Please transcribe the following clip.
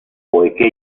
poiché